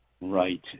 Right